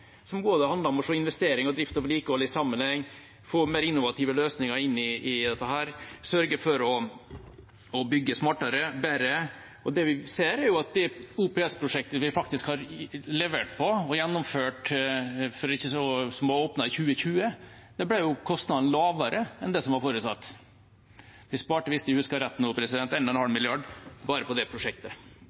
som OPS er, som handler om å se både investering, drift og vedlikehold i sammenheng, få mer innovative løsninger inn i dette og sørge for å bygge smartere og bedre. Det vi ser, er at i det OPS-prosjektet vi faktisk har levert på og gjennomført, som åpnet i 2020, ble kostnadene lavere enn det som var forutsatt. Vi sparte, hvis jeg husker rett, én og en halv milliarder bare på det prosjektet.